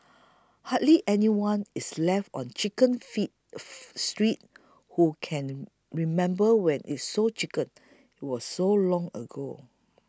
hardly anyone is left on Chicken feet Street who can remember when it sold chickens it was so long ago